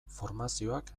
formazioak